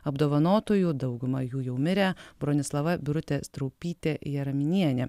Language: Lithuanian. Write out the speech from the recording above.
apdovanotųjų dauguma jų jau mirę bronislava birutė straupytė jaraminienė